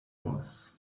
was